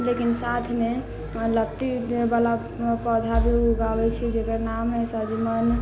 लेकिन साथमे लत्तीवला पौधा भी उगाबै छी जकर नाम हइ सजमनि